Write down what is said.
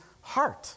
heart